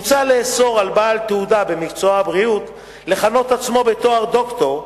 מוצע לאסור על בעל תעודה במקצוע הבריאות לכנות את עצמו בתואר "דוקטור",